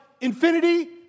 infinity